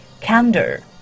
Candor